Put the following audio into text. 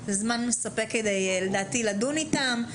זמן מספק לדעתי כדי לדון איתם.